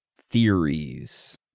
theories